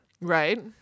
Right